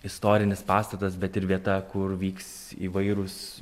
istorinis pastatas bet ir vieta kur vyks įvairūs